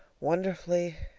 wonderfully,